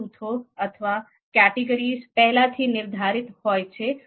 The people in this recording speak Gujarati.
આ જૂથો અથવા આ કેટેગરીઝ પહેલાથી નિર્ધારિત હોય છે